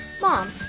Mom